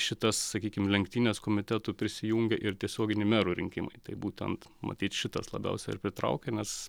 šitas sakykim lenktynes komitetų prisijungė ir tiesioginių merų rinkimai tai būtent matyt šitas labiausiai ir pritraukė nes